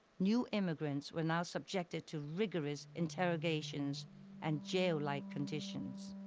new immigrants were now subjected to rigorous interrogations and jail-like conditions.